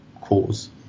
cause